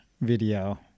video